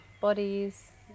bodies